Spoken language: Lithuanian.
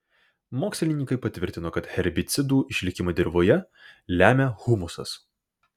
mokslininkai patvirtino kad herbicidų išlikimą dirvoje lemia humusas